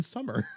Summer